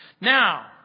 Now